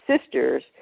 sisters